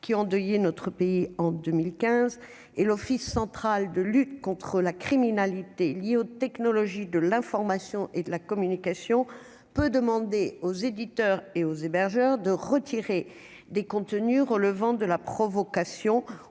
qui ont endeuillé notre pays en 2015 et l'Office central de lutte contre la criminalité liée aux technologies de l'information et de la communication peut demander aux éditeurs et aux hébergeurs de retirer des contenus relevant de la provocation